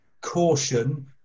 caution